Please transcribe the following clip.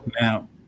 Now